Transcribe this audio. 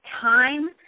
time